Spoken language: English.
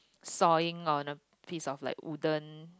sawing on a piece of like wooden